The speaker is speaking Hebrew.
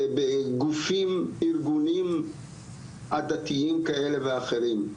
בגופים ארגונים עדתיים כאלה ואחרים,